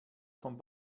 vom